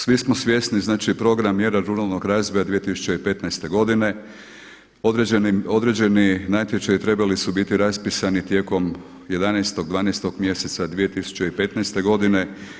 Svi smo svjesni znači program mjera ruralnog razvoja 2015. godine određeni natječaji trebali su biti raspisani tijekom 11., 12. mjeseca 2015. godine.